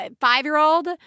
five-year-old